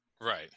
Right